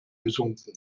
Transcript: gesunken